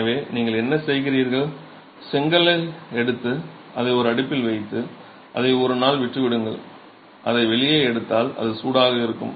எனவே நீங்கள் என்ன செய்கிறீர்கள் செங்கல் எடுத்து அதை ஒரு அடுப்பில் வைத்து அதை ஒரு நாள் விட்டு விடுங்கள் அதை வெளியே எடுத்தால் அது சூடாக இருக்கும்